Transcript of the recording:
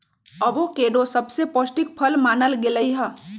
avocado सबसे पौष्टिक फल मानल गेलई ह